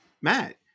Matt